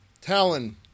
Talon